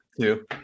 Two